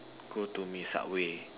go to me subway